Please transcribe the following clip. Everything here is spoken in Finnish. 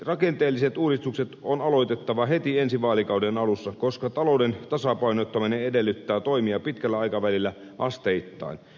rakenteelliset uudistukset on aloitettava heti ensi vaalikauden alussa koska talouden tasapainottaminen edellyttää toimia pitkällä aikavälillä asteittain